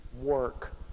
work